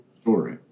story